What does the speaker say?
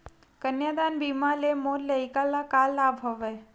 कन्यादान बीमा ले मोर लइका ल का लाभ हवय?